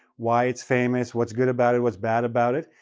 why it's famous, what's good about it, what's bad about it,